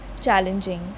challenging